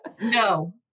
No